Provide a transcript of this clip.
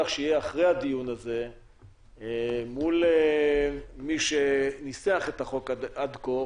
שיהיה אחרי הדיון הזה מול מי שניסח את החוק עד כה